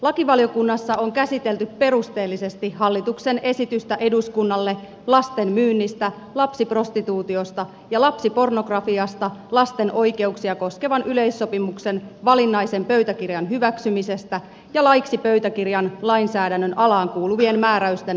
lakivaliokunnassa on käsitelty perusteellisesti hallituksen esitystä eduskunnalle lasten myynnistä lapsiprostituutiosta ja lapsipornografiasta tehdyn lasten oikeuksia koskevan yleissopimuksen valinnaisen pöytäkirjan hyväksymisestä ja laiksi pöytäkirjan lainsäädännön alaan kuuluvien määräysten voimaansaattamisesta